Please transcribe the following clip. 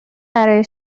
برای